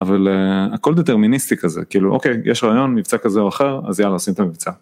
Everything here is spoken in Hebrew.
אבל הכל דטרמיניסטי כזה, כאילו אוקיי, יש רעיון מבצע כזה או אחר, אז יאללה עושים את המבצע.